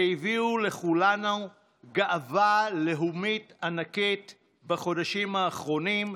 שהביאו לכולנו גאווה לאומית ענקית בחודשים האחרונים,